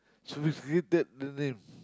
seriously that the name